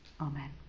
Amen